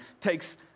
takes